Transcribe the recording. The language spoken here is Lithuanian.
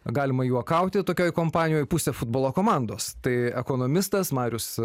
galima juokauti tokioj kompanijoj pusė futbolo komandos tai ekonomistas marius